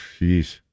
Jeez